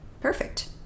Perfect